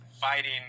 fighting